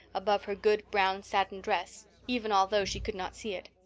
above her good brown satin dress, even although she could not see it.